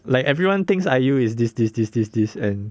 like everyone thinks I_U is this this this this this and